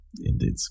Indeed